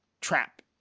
trap